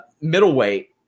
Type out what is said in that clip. middleweight